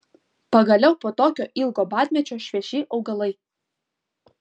pagaliau po tokio ilgo badmečio švieži augalai